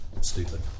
stupid